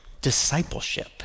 discipleship